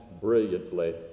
brilliantly